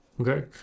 Okay